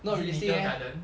is it meteor garden